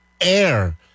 air